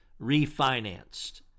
refinanced